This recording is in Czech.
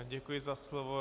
Děkuji za slovo.